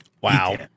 Wow